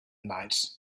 night